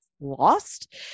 lost